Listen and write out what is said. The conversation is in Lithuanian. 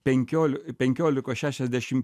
penkiolikos šešiasdešimties